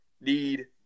need